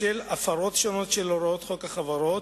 בשל הפרות שונות של הוראות חוק החברות,